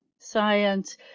science